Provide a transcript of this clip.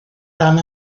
dan